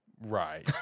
Right